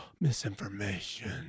Misinformation